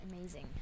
amazing